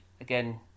Again